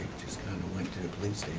just kinda went to the police